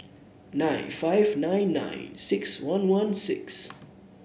nine five nine nine six one one six